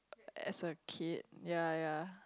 as a kid ya ya